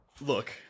look